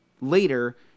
later